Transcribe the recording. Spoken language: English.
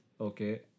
Okay